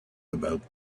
about